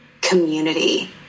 community